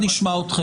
הם צריכים את זה.